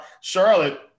Charlotte